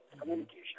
communication